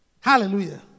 Hallelujah